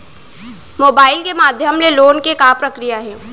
Mobile के माधयम ले लोन के का प्रक्रिया हे?